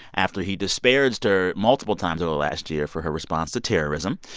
after he disparaged her multiple times over the last year for her response to terrorism.